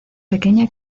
pequeña